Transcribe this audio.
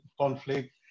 conflict